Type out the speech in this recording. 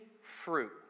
fruit